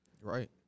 Right